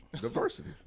Diversity